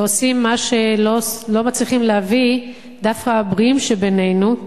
ועושים מה שלא מצליחים להביא דווקא הבריאים שבינינו,